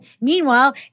meanwhile